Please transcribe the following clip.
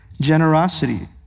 generosity